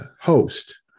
host